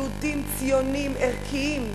יהודים, ציונים, ערכיים,